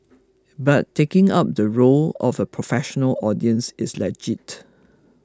but taking up the role of a professional audience is legit